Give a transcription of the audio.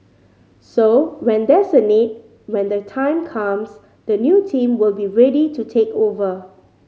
so when there's a need when the time comes the new team will be ready to take over